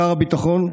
שר הביטחון,